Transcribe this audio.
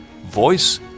voice